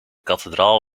kathedraal